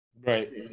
Right